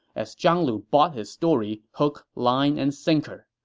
as zhang lu bought his story hook, line, and sinker.